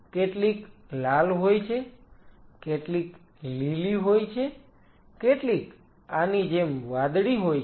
કેટલીક લાલ હોય છે કેટલીક લીલી હોય છે કેટલીક આની જેમ વાદળી હોય છે